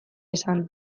esan